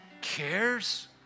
cares